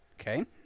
okay